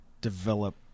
develop